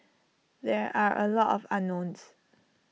there are A lot of unknowns